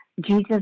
Jesus